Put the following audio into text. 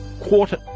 quarter